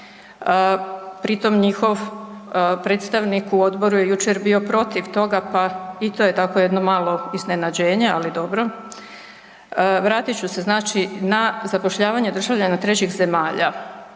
Pritom njihov predstavnik u odboru je jučer bio protiv toga pa i to je tako jedno malo iznenađenje, ali dobro, vratit ću se znači na zapošljavanje državljana trećih zemalja.